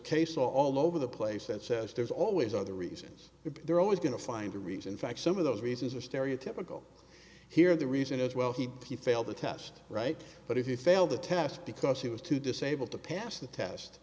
law all over the place that says there's always other reasons they're always going to find a reason facts some of those reasons are stereotypical here the reason is well he failed the test right but if you fail the test because he was too disabled to pass the test